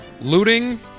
Looting